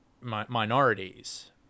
minorities